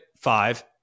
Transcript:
five